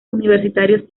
universitarios